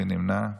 מי נמנע?